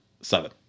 Seven